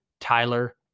Tyler